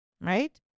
right